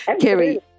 Kerry